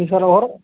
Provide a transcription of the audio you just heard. जी sir और